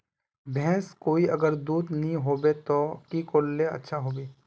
भैंस कोई अगर दूध नि होबे तो की करले ले अच्छा होवे?